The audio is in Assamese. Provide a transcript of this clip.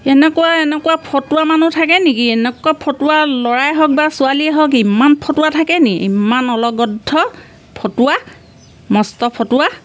এনেকুৱা এনেকুৱা ফটুৱা মানুহ থাকে নেিকি এনেকুৱা ফটুৱা ল'ৰাই হওক বা ছোৱালীয়ে হওক ইমান ফটুৱা থাকে নি ইমান অলগদ্ধ ফটুৱা মস্ত ফটুৱা